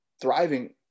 thriving